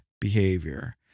behavior